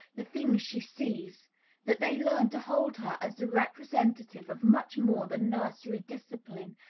the things she sees that they learn to hold her as the representative of much more than nursery discipline,